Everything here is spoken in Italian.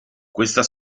questa